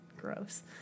gross